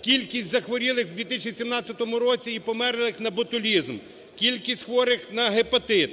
кількість захворілих у 2017 році і померлих на ботулізм, кількість хворих на гепатит.